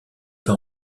par